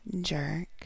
jerk